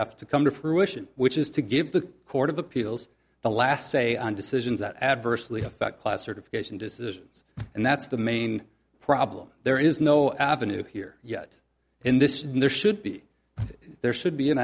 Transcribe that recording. have to come to fruition which is to give the court of appeals the last say on decisions that adversely affect class certification decisions and that's the main problem there is no avenue here yet in this there should be there should be an